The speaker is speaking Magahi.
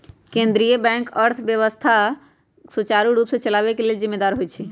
केंद्रीय बैंक अर्थव्यवस्था सुचारू रूप से चलाबे के लेल जिम्मेदार होइ छइ